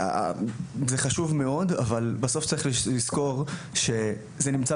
זה חשוב מאוד אבל בסוף צריך לזכור שזה נמצא